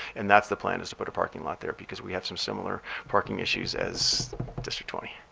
and that's the plan, is to put a parking lot there because we have some similar parking issues as district twenty.